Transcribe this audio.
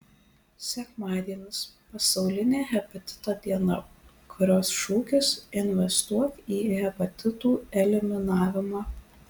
sekmadienis pasaulinė hepatito diena kurios šūkis investuok į hepatitų eliminavimą